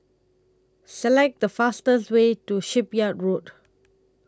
Select The fastest Way to Shipyard Road